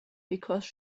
because